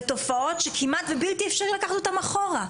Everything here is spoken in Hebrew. ותופעות שכמעט בלתי אפשרי לקחת אותן אחורה.